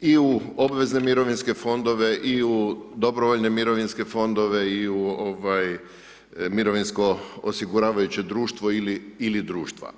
i u obvezne mirovinske fondove i u dobrovoljne mirovinske fondove i u mirovinsko osiguravajuće društvo ili društva.